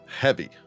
heavy